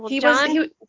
John